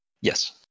Yes